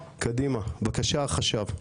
בבקשה, החשב.